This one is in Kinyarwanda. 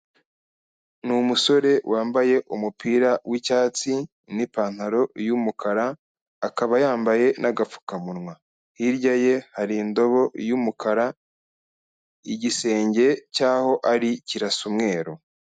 Ni umusore wambaye umupira w'icyatsi n'ipantaro y'umukara, akaba yambaye n'agapfukamunwa, hirya ye hari indobo y'umukara, igisenge cy'aho ari kirasa umweru.